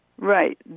Right